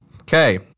Okay